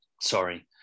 sorry